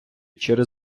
через